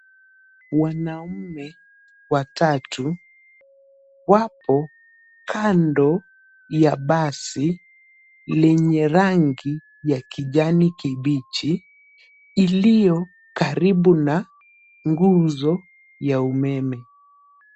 Wanaume watatu wapo kando ya basi lenye rangi ya kijani kibichi, iliyo karibu na nguzo ya umeme.